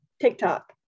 TikTok